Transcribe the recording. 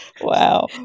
Wow